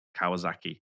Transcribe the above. Kawasaki